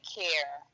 care